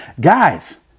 Guys